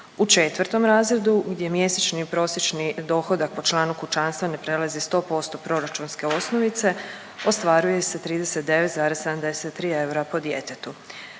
U četvrtom razredu gdje mjesečni prosječni dohodak po članu kućanstva ne prelazi 100% proračunske osnovice ostvaruje se 39,73 eura po djetetu